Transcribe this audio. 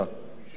חמישה, כן.